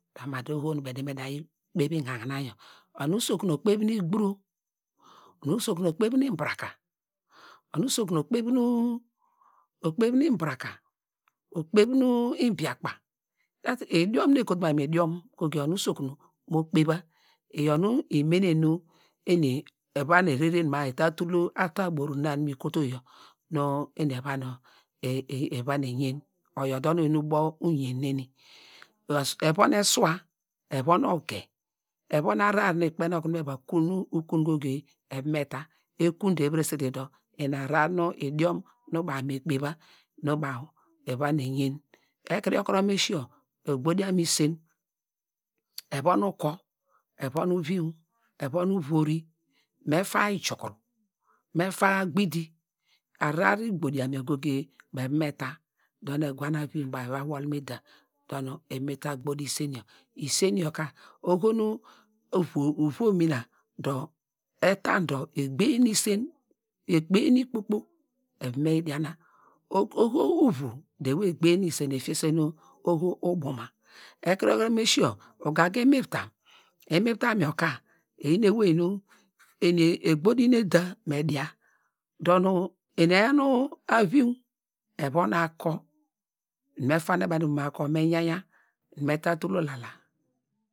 Ma dor oho nu baw eda me da yi kpevy en̄an̄inã yor, onu usokun okpevy nu ibranka igburo, onu usokun okpevy nu ibranka okpevy nu nbikpa. Idiom nu okotu mamu idiom onu usokun mo kpeva iyor nu emenem nu eni eva nu erere ma a eta tul nu atar aboru na nu mi kotowy yor nu eni eva eyen oyor dor nu oyin ubo uyen neni, evon eswa, evon ogiye, evon ahrar nu ekpeiny nu okunu me va kun ukun goge evan me ta, ekun de eviresete dor ina ahrar nu idiom nu baw me kpeva nu baw evon nu eyein, ekiri yor kuro mu esiyo, egbediam isen evon uko, evon uviuny, evon uvori, me va ijukuru, me faa gbidi ahrar igbediam yor goge baw eva me ta dor nu egwanu aviuny baw eva wol mu eda dor nu eva me ta gbedi isen yor isen yor ka oho nu uvuw, uvuw mina dor eta do, egbiye nu isen, egniye nu ikpokpo eva me yi diana, oho uvuw ewey egbiye isen efiyese nu oho ubuma ekuru yokuro mu esiyo ugaga inuvram yor ka eyi nu ewey eni egbodin eda me dia dor nu eni eyan nu aviuny evon ako me faane banu ivom ako me yanya me ta tul ulala.